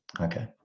Okay